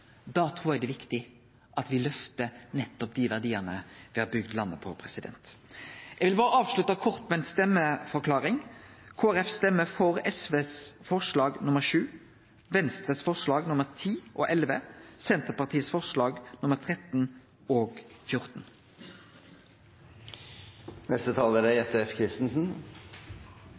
Da trur eg det er viktig at me løftar nettopp dei verdiane me har bygt landet på. Eg vil kort berre avslutte med ei stemmeforklaring. Kristeleg Folkeparti stemmer for SVs forslag, nr. 8, Venstres forslag, nr. 10 og 11 og Senterpartiets forslag, nr. 13 og 14.